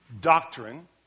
doctrine